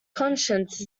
conscience